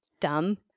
dumb